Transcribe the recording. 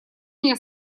меня